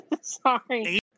Sorry